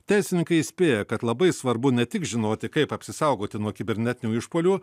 teisininkai įspėja kad labai svarbu ne tik žinoti kaip apsisaugoti nuo kibernetinių išpuolių